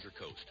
Coast